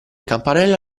campanello